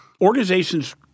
organizations